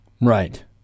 Right